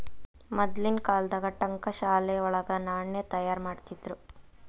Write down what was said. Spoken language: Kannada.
ಮದ್ಲಿನ್ ಕಾಲ್ದಾಗ ಠಂಕಶಾಲೆ ವಳಗ ನಾಣ್ಯ ತಯಾರಿಮಾಡ್ತಿದ್ರು